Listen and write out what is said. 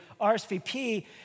RSVP